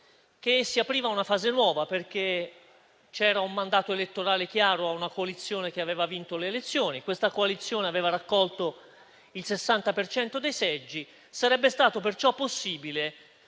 che si apriva una fase nuova, perché c'era un mandato elettorale chiaro a una coalizione che aveva vinto le elezioni; questa coalizione aveva raccolto il 60 per cento dei seggi e sarebbe stato perciò possibile